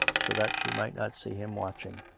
so that she might not see him watching